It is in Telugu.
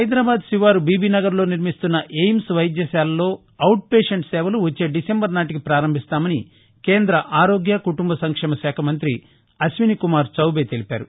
హైదరాబాద్ శివారు బీబీనగర్ లో నిర్మిస్తున్న ఎయిమ్స్ వైద్యశాలలో అవుట్ పేషట్ సేవలు వచ్చే డిసెంబర్ నాటికి ప్రారంభిస్తామని కేంద్ర ఆరోగ్య కుటుంబ సంక్షేమ శాఖ మంతి అశ్వినీ కుమార్ చౌబే తెలిపారు